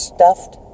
Stuffed